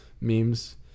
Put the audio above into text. Memes